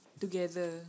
together